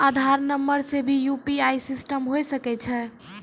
आधार नंबर से भी यु.पी.आई सिस्टम होय सकैय छै?